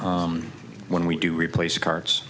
when we do replace carts